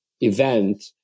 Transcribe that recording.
event